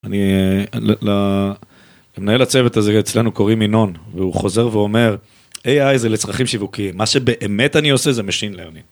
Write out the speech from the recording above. אני, למנהל הצוות הזה אצלנו קוראים ינון, והוא חוזר ואומר, AI זה לצרכים שיווקיים, מה שבאמת אני עושה זה machine learning.